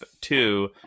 two